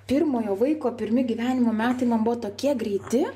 pirmojo vaiko pirmi gyvenimo metai man buvo tokie greiti